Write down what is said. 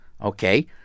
okay